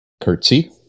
curtsy